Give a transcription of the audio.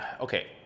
Okay